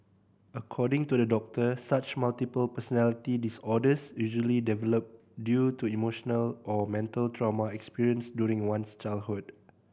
according to the doctor such multiple personality disorders usually develop due to emotional or mental trauma experienced during one's childhood